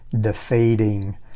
defeating